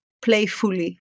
playfully